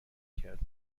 کردم